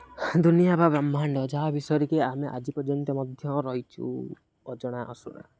ଦୁନିଆ ବା ବ୍ରହ୍ମାଣ୍ଡ ଯାହା ବିଷୟରେକି ଆମେ ଆଜି ପର୍ଯ୍ୟନ୍ତ ମଧ୍ୟ ରହିଛୁ ଅଜଣା ଅଶୁଣା